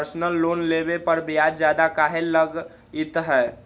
Personal loan लेबे पर ब्याज ज्यादा काहे लागईत है?